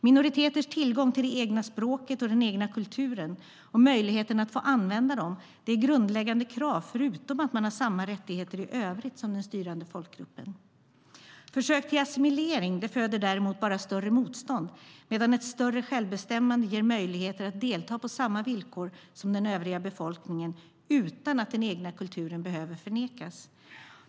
Minoriteters tillgång till det egna språket och den egna kulturen och möjligheten att få använda dem är grundläggande krav, förutom att man har samma rättigheter i övrigt som den styrande folkgruppen. Försök till assimilering föder däremot bara större motstånd, medan ett större självbestämmande ger möjligheter att delta på samma villkor som den övriga befolkningen utan att den egna kulturen behöver förnekas.